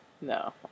No